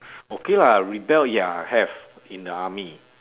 okay lah rebel ya have in the army